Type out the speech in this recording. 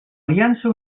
aliança